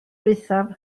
ddiwethaf